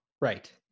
Right